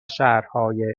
شهرهای